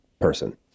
person